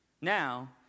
now